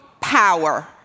power